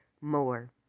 more